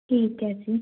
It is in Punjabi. ਠੀਕ ਹੈ ਜੀ